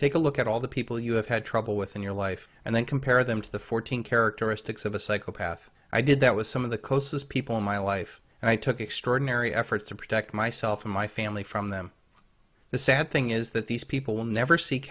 take a look at all the people you have had trouble with in your life and then compare them to the fourteen characteristics of a psychopath i did that was some of the closest people in my life and i took extraordinary efforts to protect myself and my family from them the sad thing is that these people will never seek